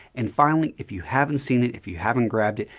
and finally, if you haven't seen it, if you haven't grabbed it,